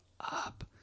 up